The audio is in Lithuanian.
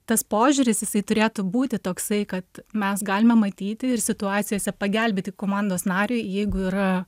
tas požiūris jisai turėtų būti toksai kad mes galime matyti ir situacijose pagelbėti komandos nariui jeigu yra